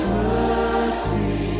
mercy